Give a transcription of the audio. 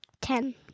Ten